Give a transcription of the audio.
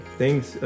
thanks